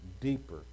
deeper